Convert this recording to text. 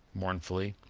mournfully.